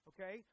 Okay